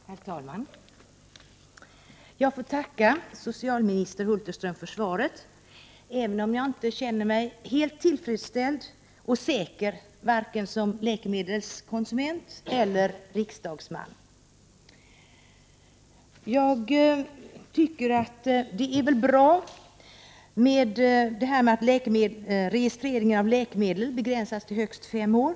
Herr talman! Jag får tacka socialminister Hulterström för svaret, även om jaginte känner mig helt tillfredsställd och säker vare sig som läkemedelskonsument eller riksdagsman. Jag tycker att det är bra att registreringen av läkemedel begränsas till högst fem år.